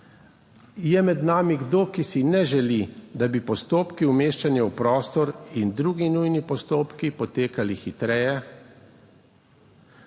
Je med nami kdo, ki si ne želi, da bi postopki umeščanja v prostor in drugi nujni postopki potekali hitreje?